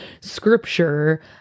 scripture